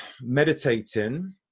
meditating